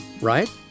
right